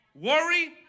worry